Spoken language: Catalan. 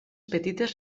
petites